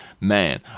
man